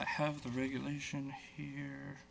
have the regulation here